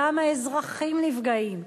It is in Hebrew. גם האזרחים נפגעים.